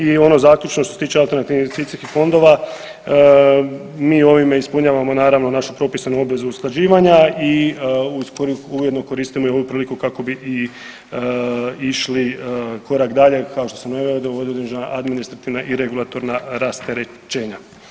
I ono zaključno što se tiče alternativnih investicijskih fondova mi ovime ispunjavamo naravno našu propisanu obvezu usklađivanja i ujedno koristimo i ovu priliku kako bi i išli korak dalje kao što sam najavio da uvode određena administrativna i regulatorna rasterećenja.